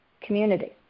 community